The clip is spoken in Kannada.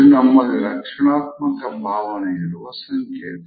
ಇದು ನಮ್ಮಲ್ಲಿ ರಕ್ಷಣಾತ್ಮಕ ಭಾವನೆಯಿರುವ ಸಂಕೇತ